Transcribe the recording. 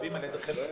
בבקשה.